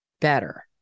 better